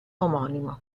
omonimo